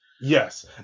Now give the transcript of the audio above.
Yes